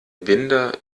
binder